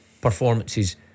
performances